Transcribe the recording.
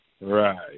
Right